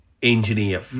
engineer